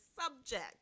subject